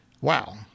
Wow